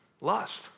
lust